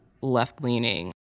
left-leaning